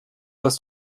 dass